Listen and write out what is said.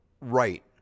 Right